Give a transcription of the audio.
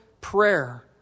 prayer